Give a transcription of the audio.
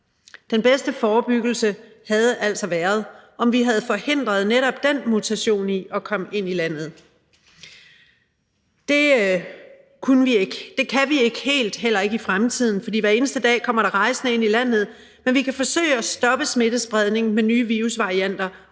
Den bedste forebyggelse havde altså været, om vi havde forhindret netop den mutation i at komme ind i landet. Det kunne vi ikke, og det kan vi ikke helt, heller ikke i fremtiden, for hver eneste dag kommer der rejsende ind i landet. Men vi kan forsøge at stoppe smittespredningen af nye virusvarianter,